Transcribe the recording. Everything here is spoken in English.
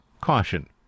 caution